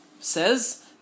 says